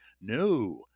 No